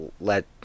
Let